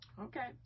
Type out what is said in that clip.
Okay